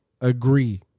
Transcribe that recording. agree